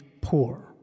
poor